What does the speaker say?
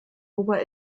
ober